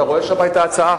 אתה רואה שם את ההצעה?